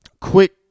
quick